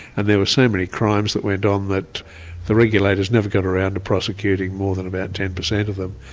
and there were so many crimes that went on um that the regulators never got around to prosecuting more than about ten percent of them.